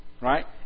right